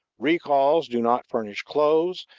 recalls do not furnish clothes,